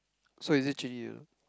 so is it Jun-Yi or not